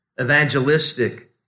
evangelistic